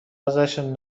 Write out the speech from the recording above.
ازشون